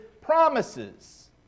promises